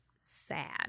sad